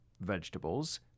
vegetables